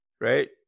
right